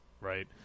right